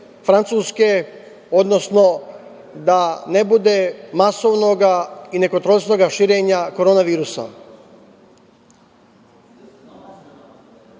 odnosno da ne bude masovnog i nekontrolisanog širenja koronavirusa.U